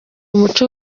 umuco